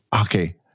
Okay